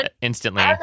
instantly